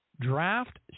draft